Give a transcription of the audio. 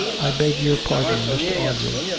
i beg your pardon, mr. audrey,